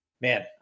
man